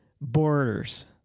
borders